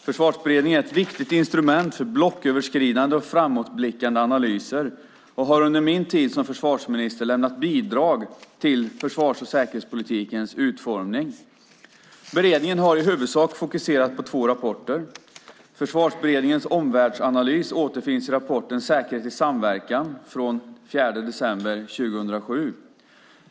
Försvarsberedningen är ett viktigt instrument för blocköverskridande och framåtblickande analyser, och den har under min tid som försvarsminister lämnat bidrag till försvars och säkerhetspolitikens utformning. Beredningen har i huvudsak fokuserat på två rapporter. Försvarsberedningens omvärldsanalys återfinns i rapporten Säkerhet i samverkan från den 4 december 2007.